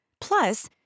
Plus